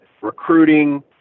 recruiting